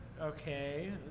Okay